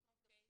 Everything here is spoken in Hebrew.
יש לכם תפקיד